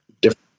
Different